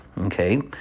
Okay